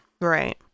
Right